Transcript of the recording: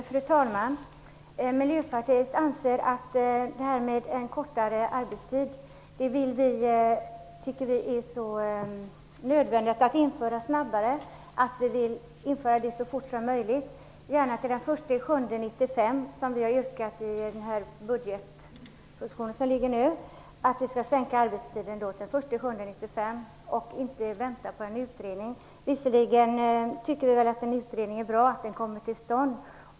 Fru talman! Vi i Miljöpartiet anser att det är så angeläget att genomföra en förkortning av arbetstiden att vi vill att en sådan sker så snabbt som möjligt, gärna den 1 juli 1995, såsom vi har yrkat i vår budgetmotion. Vi yrkar att arbetstiden skall sänkas den 1 juli 1995 och att någon utredning inte skall avvaktas, detta trots att vi tycker att det är bra att en utredning kommer till stånd.